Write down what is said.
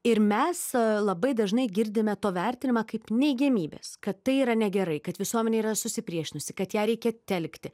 ir mes labai dažnai girdime to vertinimą kaip neigiamybes kad tai yra negerai kad visuomenė yra susipriešinusi kad ją reikia telkti